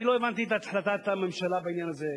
אני לא הבנתי את החלטת הממשלה בעניין הזה.